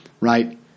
right